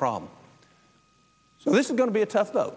problem so this is going to be a tough though